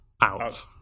out